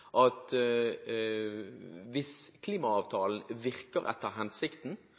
at hvis klimaavtalen virker etter hensikten,